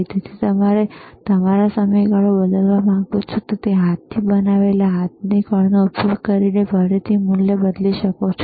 તેથી તમે તમારો સમયગાળો બદલવા માંગો છો તમે હાથથી બનાવેલા હાથની કળનો ઉપયોગ કરીને ફરીથી મૂલ્ય બદલી શકો છો